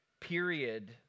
period